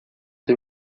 the